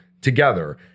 together